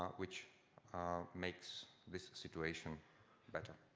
which makes this situation better.